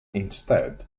instead